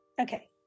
Okay